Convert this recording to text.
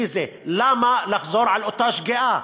למה לחזור על אותה שגיאה?